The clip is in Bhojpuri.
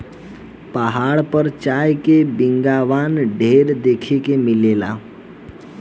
पहाड़ पर चाय के बगावान ढेर देखे के मिलेला